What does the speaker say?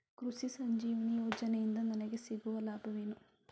ಕೃಷಿ ಸಂಜೀವಿನಿ ಯೋಜನೆಯಿಂದ ನನಗೆ ಸಿಗುವ ಲಾಭವೇನು?